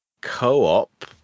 co-op